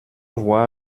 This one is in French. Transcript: voir